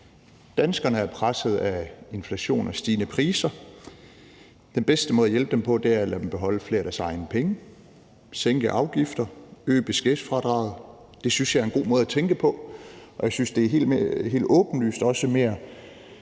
Danskerne er presset af inflation og stigende priser – den bedste måde at hjælpe dem på er ved at lade dem beholde flere af deres egne penge, sænke afgifter, øge beskæftigelsesfradraget. Det synes jeg er en god måde at tænke på, og jeg synes, at det helt åbenlyst også er